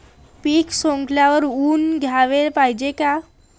पीक सवंगल्यावर ऊन द्याले पायजे का?